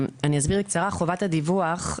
אסביר בקצרה: לגבי חובת הדיווח,